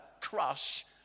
crush